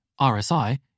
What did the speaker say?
RSI